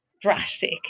drastic